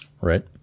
Right